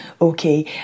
Okay